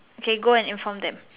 okay go and inform them